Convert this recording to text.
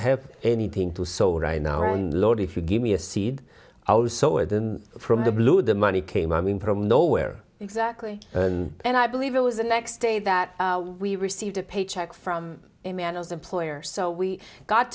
have anything to sow right now and lord if you give me a seed from the blue the money came i mean from nowhere exactly and i believe it was the next day that we received a paycheck from a man as employer so we got